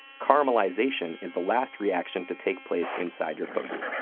caramelization is the last reaction to take place inside your cookie.